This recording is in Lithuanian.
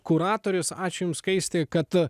kuratorius ačiū jums skaisti kad